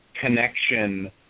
connection